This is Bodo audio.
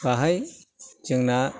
बेवहाय जोंना